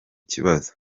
kibazo